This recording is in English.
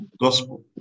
gospel